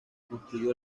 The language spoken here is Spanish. construyó